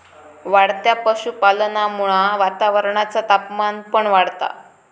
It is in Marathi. वाढत्या पशुपालनामुळा वातावरणाचा तापमान पण वाढता